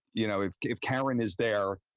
you know if if karen is there,